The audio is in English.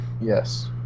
Yes